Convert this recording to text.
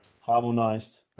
harmonized